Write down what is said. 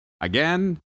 again